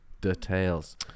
details